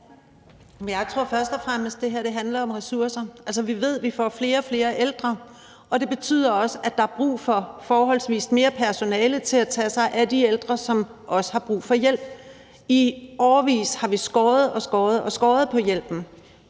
Jeg tror først og fremmest, at det her handler om ressourcer. Vi ved, at vi får flere og flere ældre, og det betyder også, at der er brug for tilsvarende mere personale til at tage sig af de ældre, som også har brug for hjælp. I årevis har vi skåret og skåret og skåret på hjælpen,